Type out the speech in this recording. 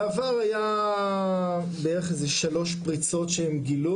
בעבר היה בערך איזה שלוש פריצות שהם גילו